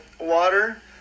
water